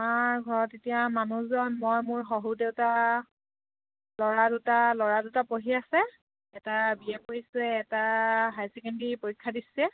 আমাৰ ঘৰত এতিয়া মানুহজন মই মোৰ শহুৰ দেউতা ল'ৰা দুটা ল'ৰা দুটা পঢ়ি আছে এটা বি এ পঢ়িছে এটা হাই ছেকেণ্ডেৰী পৰীক্ষা দিছে